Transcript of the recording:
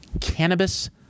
Cannabis